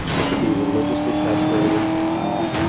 they can be religiously saturated or not.